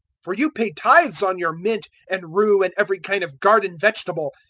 for you pay tithes on your mint and rue and every kind of garden vegetable,